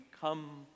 come